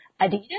Adidas